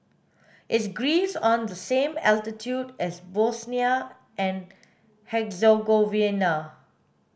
is Greece on the same altitude as Bosnia and Herzegovina